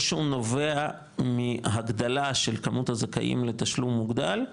או שהוא נובע מהגדלה של כמות הזכאים לתשלום מוגדל?